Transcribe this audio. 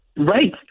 Right